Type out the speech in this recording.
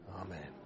Amen